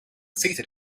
seated